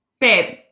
Babe